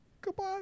goodbye